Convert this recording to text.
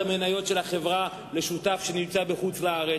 המניות של החברה לשותף שנמצא בחוץ-לארץ,